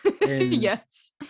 yes